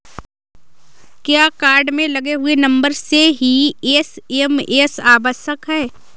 क्या कार्ड में लगे हुए नंबर से ही एस.एम.एस आवश्यक है?